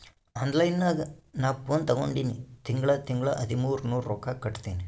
online ನಾಗ್ ನಾ phone ತಗೊಂಡಿನಿ ತಿಂಗಳಾ ತಿಂಗಳಾ ಹದಿಮೂರ್ ನೂರ್ ರೊಕ್ಕಾ ಕಟ್ಟತ್ತಿನಿ